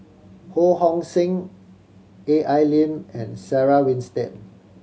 Ho Hong Sing A I Lim and Sarah Winstedt